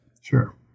Sure